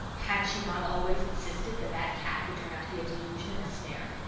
had she not always insisted that that cat would turn out to be a delusion and a snare?